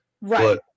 right